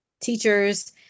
teachers